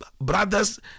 Brothers